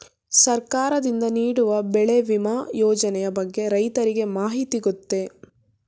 ಸರ್ಕಾರದಿಂದ ನೀಡುವ ಬೆಳೆ ವಿಮಾ ಯೋಜನೆಯ ಬಗ್ಗೆ ರೈತರಿಗೆ ಮಾಹಿತಿ ಗೊತ್ತೇ?